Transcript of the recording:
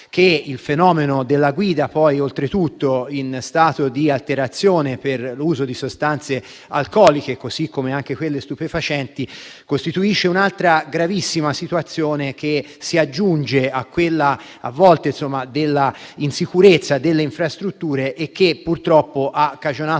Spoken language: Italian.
che il fenomeno della guida in stato di alterazione per l'uso di sostanze alcoliche, così come anche di quelle stupefacenti, costituisce un'altra gravissima situazione che a volte si aggiunge a quella dell'insicurezza delle infrastrutture e che, purtroppo, ha cagionato